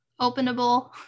openable